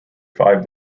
five